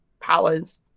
powers